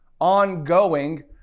ongoing